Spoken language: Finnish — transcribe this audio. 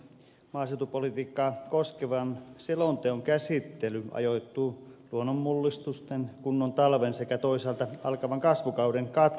maaseutupolitiikkaa koskevan selonteon käsittely ajoittuu luonnonmullistusten kunnon talven sekä toisaalta alkavan kasvukauden katveeseen